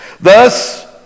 Thus